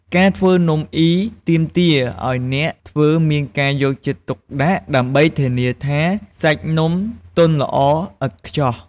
ការធ្វើនំអុីទាមទារឱ្យអ្នកធ្វើមានការយកចិត្តទុកដាក់ ដើម្បីធានាថាសាច់នំទន់ល្អឥតខ្ចោះ។